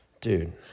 dude